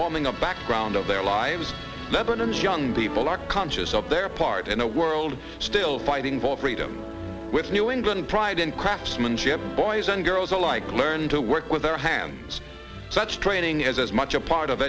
forming a background of their lives lebanon's young people are conscious of their part in a world still fighting for freedom with new england pride in craftsmanship boys and girls alike learned to work with their hands such training is as much a part of